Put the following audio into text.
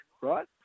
right